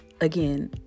again